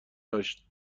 داشت